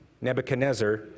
Nebuchadnezzar